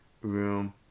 room